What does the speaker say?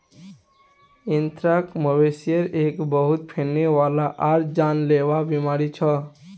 anthrax, मवेशिर एक बहुत फैलने वाला आर जानलेवा बीमारी छ